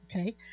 Okay